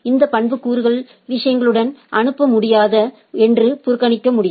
இந்த பண்புக்கூறுகளை விஷயங்களுடன் அனுப்ப முடியாது என்று புறக்கணிக்க முடியும்